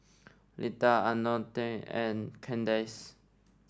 Leta Antone and Kandace